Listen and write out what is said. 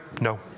No